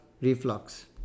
reflux